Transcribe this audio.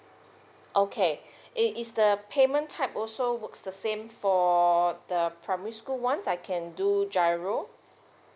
okay is is the payment type also works the same for the primary school once I can do G_I_R_O